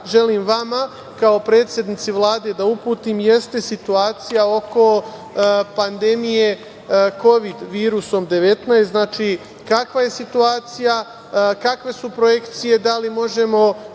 želim vama kao predsednici Vlade da uputim jeste situacija oko pandemije virusom Kovid 19. Znači, kakva je situacija, kakve su projekcije? Da li možemo